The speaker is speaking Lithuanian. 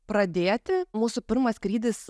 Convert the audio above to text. pradėti mūsų pirmas skrydis